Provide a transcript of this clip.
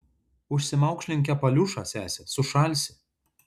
užsimaukšlink kepaliūšą sese sušalsi